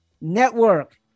network